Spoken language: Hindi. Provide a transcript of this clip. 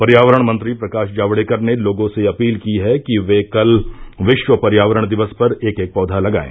पर्यावरण मंत्री प्रकाश जावड़ेकर ने लोगों से अपील की है कि ये कल विश्व पर्यावरण दिवस पर एक एक पौधा लगायें